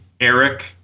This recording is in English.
Eric